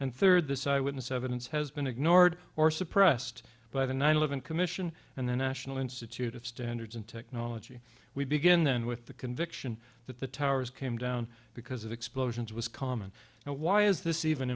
and third this eyewitness evidence has been ignored or suppressed by the nine eleven commission and the national institute of standards and technology we begin then with the conviction that the towers came down because of explosions was common and why is this even